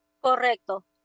Correcto